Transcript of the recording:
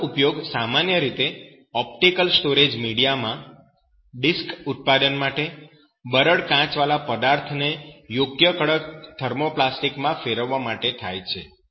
આનો ઉપયોગ સામાન્ય રીતે ઑપ્ટિકલ સ્ટોરેજ મીડિયા માં ડિસ્ક ઉત્પાદન માટે બરડ કાચવાળા પદાર્થને યોગ્ય કડક થર્મોપ્લાસ્ટિક માં ફેરવવા માટે થાય છે